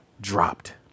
dropped